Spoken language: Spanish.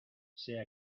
sea